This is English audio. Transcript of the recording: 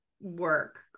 work